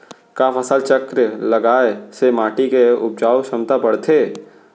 का फसल चक्र लगाय से माटी के उपजाऊ क्षमता बढ़थे?